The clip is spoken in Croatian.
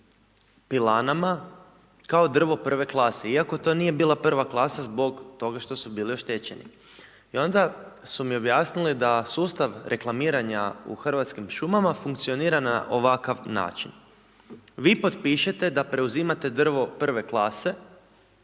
pilanama, kao drvo I. klase iako to nije bila prva klasa zbog toga što su bili oštećeni. I onda su mi objasnili da sustav reklamiranja u Hrvatskim šumama funkcionira na ovakav način. Vi potpišete da preuzimate drvo I. klase